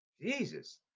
Jesus